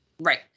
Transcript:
Right